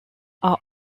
are